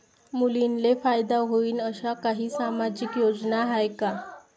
मुलींले फायदा होईन अशा काही सामाजिक योजना हाय का?